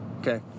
Okay